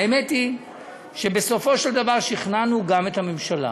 האמת היא שבסופו של דבר שכנענו גם את הממשלה.